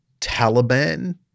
Taliban